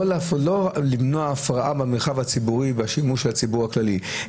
לא למנוע הפרעה במרחב הציבורי והשימוש לציבור הכללי,